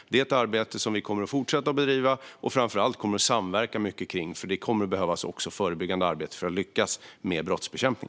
Det är ett arbete som vi kommer att fortsätta att bedriva och framför allt samverka mycket kring, för det kommer också att behövas förebyggande arbete för att lyckas med brottsbekämpning.